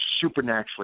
supernaturally